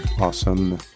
awesome